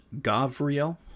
Gavriel